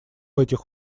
этих